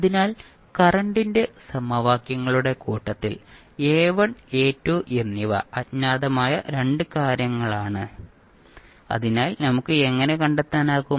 അതിനാൽ കറണ്ടിന്റെ സമവാക്യങ്ങളുടെ കൂട്ടത്തിൽ A1 A2 എന്നിവ അജ്ഞാതമായ 2 കാര്യങ്ങളാണെന്ന് അതിനാൽ നമുക്ക് എങ്ങനെ കണ്ടെത്താനാകും